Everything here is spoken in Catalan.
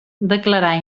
declarar